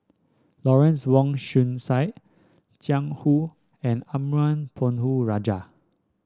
Lawrence Wong Shyun Tsai Jiang Hu and Arumugam Ponnu Rajah